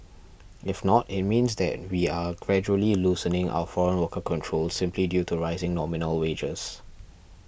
if not it means that we are gradually loosening our foreign worker controls simply due to rising nominal wages